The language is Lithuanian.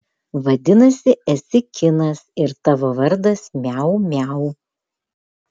vadinasi esi kinas ir tavo vardas miau miau